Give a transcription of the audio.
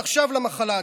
ועכשיו למחלה עצמה.